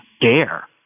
dare